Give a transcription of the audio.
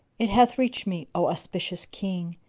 it hath reached me, o auspicious king,